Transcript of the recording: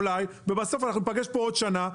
בסוף אנחנו ניפגש פה עוד שנה,